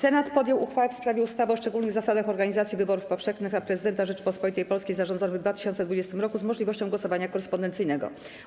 Senat podjął uchwałę w sprawie ustawy o szczególnych zasadach organizacji wyborów powszechnych na Prezydenta Rzeczypospolitej Polskiej zarządzonych w 2020 r. z możliwością głosowania korespondencyjnego.